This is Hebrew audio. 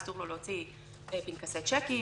אסור לו להוציא פנקסי צ'קים,